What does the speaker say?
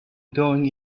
going